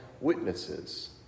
witnesses